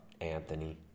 Anthony